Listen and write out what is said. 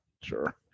Sure